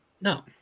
no